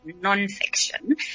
non-fiction